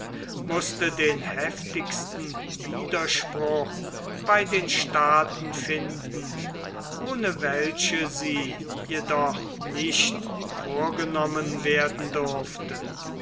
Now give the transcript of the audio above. mußte den heftigsten widerspruch bei den staaten finden ohne welche sie jedoch nicht vorgenommen werden durfte